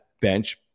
bench